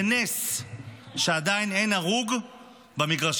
זה נס שעדיין אין הרוג במגרשים,